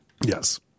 Yes